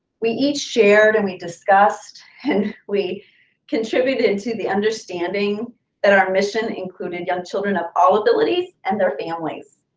we each shared and we discussed and we contributed to the understanding that our mission included young children of all abilities and their families.